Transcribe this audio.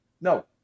no